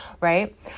right